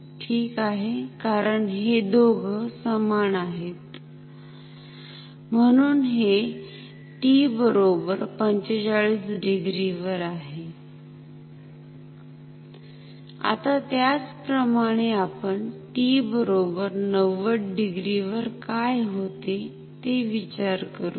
ठीक आहे कारण हे दोघं समान आहेतम्हणून हे t 45 डिग्री वर आहे आता त्याचप्रमाणे आपण t 90 डिग्री वर काय होते ते विचार करूया